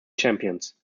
champions